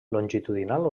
longitudinal